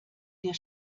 der